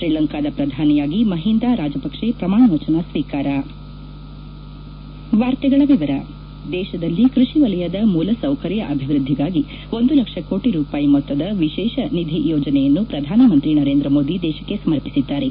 ಶ್ರೀಲಂಕಾದ ಪ್ರಧಾನಿಯಾಗಿ ಮಹೀಂದ ರಾಜ್ಯಪಕ್ಸೆ ಪ್ರಮಾಣವಚನ ಸ್ವೀಕಾರ ದೇತದಲ್ಲಿ ಕೃಷಿ ವಲಯದ ಮೂಲ ಸೌಕರ್ಯ ಅಭಿವೃದ್ದಿಗಾಗಿ ಒಂದು ಲಕ್ಷ ಕೋಟ ರೂಪಾಯಿ ಮೊತ್ತದ ವಿಶೇಷ ನಿಧಿ ಯೋಜನೆಯನ್ನು ಪ್ರಧಾನಮಂತ್ರಿ ನರೇಂದ್ರ ಮೋದಿ ದೇಶಕ್ಕೆ ಸಮರ್ಪಿಸಿದ್ದಾರೆ